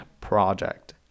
project